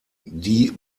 die